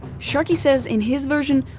sharkey says in his version,